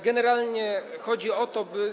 Generalnie chodzi o to, by.